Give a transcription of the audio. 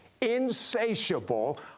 insatiable